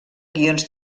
guions